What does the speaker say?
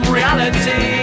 reality